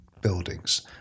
buildings